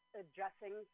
addressing